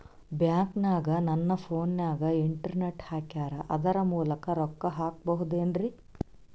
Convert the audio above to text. ಬ್ಯಾಂಕನಗ ನನ್ನ ಫೋನಗೆ ಇಂಟರ್ನೆಟ್ ಹಾಕ್ಯಾರ ಅದರ ಮೂಲಕ ರೊಕ್ಕ ಹಾಕಬಹುದೇನ್ರಿ?